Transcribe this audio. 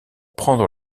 prendre